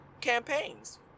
campaigns